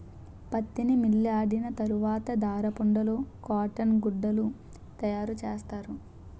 పత్తిని మిల్లియాడిన తరవాత దారపుండలు కాటన్ గుడ్డలు తయారసేస్తారు